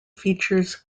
features